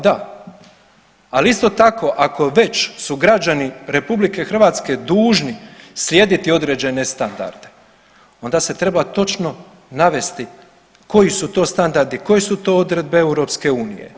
Da, ali isto tako ako već su građani RH dužni slijediti određene standarde onda se treba točno navesti koji su to standardi, koje su to odredbe EU.